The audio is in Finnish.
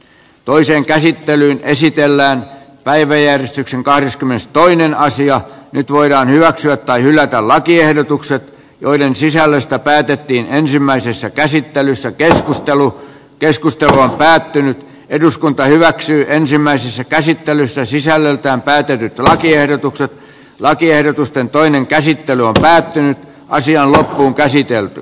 toiseen käsittelyyn esitellään päiväjärjestyksen kahdeskymmenestoinen asia nyt voidaan hyväksyä tai hylätä lakiehdotukset joiden sisällöstä päätettiin ensimmäisessä käsittelyssä keskustelu keskustelu on päättynyt eduskunta hyväksyy ensimmäisessä käsittelyssä sisällöltään päätetyt lakiehdotukset lakiehdotusten toinen käsittely päättyy asian loppuun käsitelty